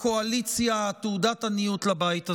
לקואליציה, תעודת עניות לבית הזה.